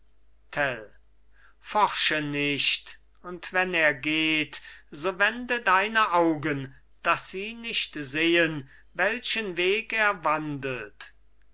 forsche nicht und wenn er geht so wende deine augen dass sie nicht sehen welchen weg er wandelt